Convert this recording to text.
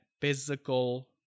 physical